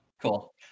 Cool